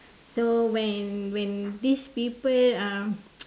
so when when these people um